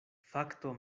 fakto